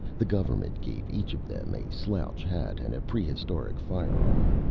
the government gave each of them a slouch hat and a prehistoric firearm.